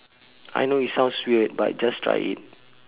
I know it sounds weird but just try it